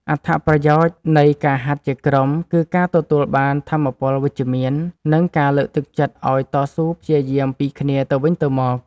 អត្ថប្រយោជន៍នៃការហាត់ជាក្រុម គឺការទទួលបានថាមពលវិជ្ជមាន និងការលើកទឹកចិត្តឱ្យតស៊ូព្យាយាមពីគ្នាទៅវិញទៅមក។